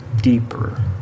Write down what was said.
deeper